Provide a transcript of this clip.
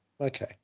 Okay